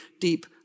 deep